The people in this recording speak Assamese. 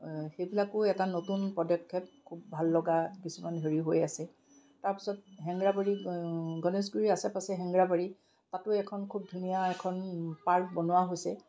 সেইবিলাকো এটা নতুন পদক্ষেপ খুব ভাল লগা কিছুমান হেৰি হৈ আছে তাৰপাছত হেঙেৰাবাৰী গণেশগুৰিৰ আশে পাশে হেঙেৰাবাৰী তাতো এখন খুব ধুনীয়া এখন পাৰ্ক বনোৱা হৈছে